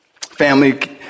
family